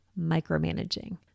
micromanaging